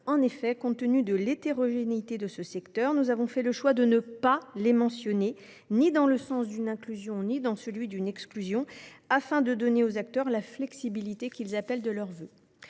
En effet, compte tenu de l’hétérogénéité du secteur, nous avons fait le choix de ne pas mentionner ces dernières, ni dans le sens d’une inclusion ni dans le sens d’une exclusion, afin de donner à ces acteurs la flexibilité qu’ils appellent de leurs vœux.